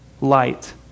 light